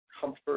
Comfort